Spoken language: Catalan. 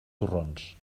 torrons